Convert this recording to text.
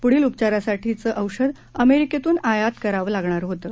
पुढीलउपचारासाठीचंऔषधअमेरिकेतूनआयातकरावंलागणारहोतं